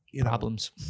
problems